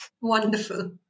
Wonderful